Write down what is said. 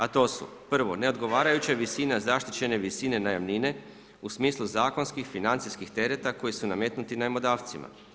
A to su 1. neodgovarajuća visina zaštićene visine najamnine u smislu zakonskih, financijskih tereta koji su nametnuti najmodavcima.